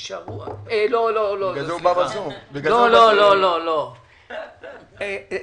לא, לא, לא, סליחה.